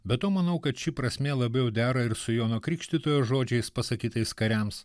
be to manau kad ši prasmė labiau dera ir su jono krikštytojo žodžiais pasakytais kariams